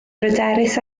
bryderus